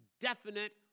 definite